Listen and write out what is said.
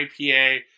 IPA